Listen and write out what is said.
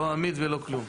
לא עמיד ולא כלום.